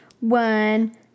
One